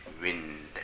wind